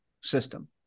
system